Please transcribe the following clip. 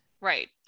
right